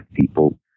people